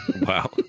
Wow